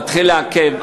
להתחיל לעכב,